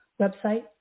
website